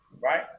right